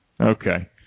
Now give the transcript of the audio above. Okay